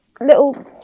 little